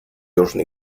южной